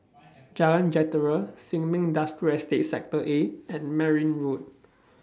Jalan Jentera Sin Ming Industrial Estate Sector A and Merryn Road